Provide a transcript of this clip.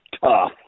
tough